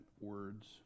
words